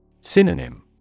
Synonym